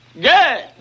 Good